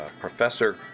Professor